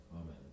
Amen